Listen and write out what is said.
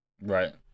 Right